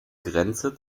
grenze